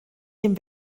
dem